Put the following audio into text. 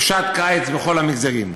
חופשת קיץ בכל המגזרים.